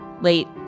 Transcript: late